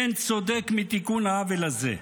אין צודק מתיקון העוול הזה.